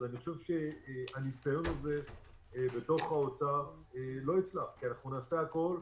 אני חושב שהניסיון הזה בתוך האוצר לא יצלח כי אנחנו נעשה הכול,